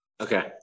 Okay